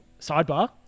sidebar